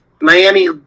Miami